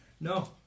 no